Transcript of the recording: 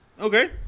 okay